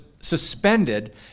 suspended